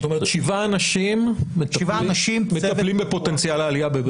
זאת אומרת שבעה אנשים מטפלים בפוטנציאל העלייה.